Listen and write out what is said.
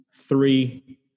three